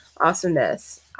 awesomeness